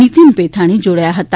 નિતીન પેથાણી જોડાયા ફતા